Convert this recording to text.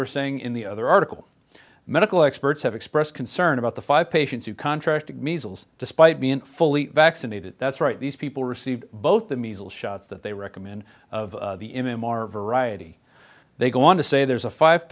were saying in the other article medical experts have expressed concern about the five patients who contracted measles despite being fully vaccinated that's right these people received both the measles shots that they recommend of the him are variety they go on to say there's a five